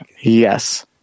Yes